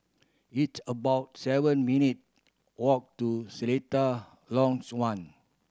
it's about seven minute walk to Seletar Longs One